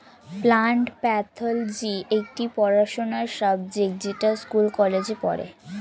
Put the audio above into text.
plant pathology একটি পড়াশোনার subject যেটা স্কুল কলেজে পড়ে